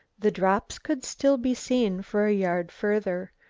the drops could still be seen for a yard further,